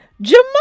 Jamal